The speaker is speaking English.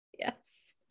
Yes